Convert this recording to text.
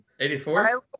84